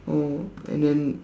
oh and then